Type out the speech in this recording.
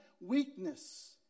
weakness